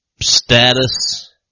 status